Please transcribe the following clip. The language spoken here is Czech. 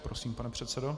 Prosím, pane předsedo.